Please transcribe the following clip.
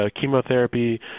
chemotherapy